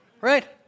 Right